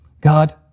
God